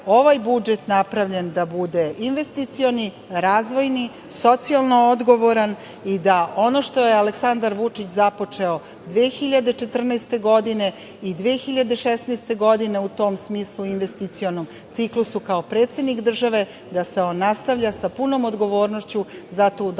ovaj budžet napravljen da bude investicioni, razvojni, socijalno odgovoran i da ono što je Aleksandar Vučić započeo 2014. i 2016. godine u tom smislu, investicionom ciklusu, kao predsednik države, da se on nastavlja sa punom odgovornošću. Zato ćemo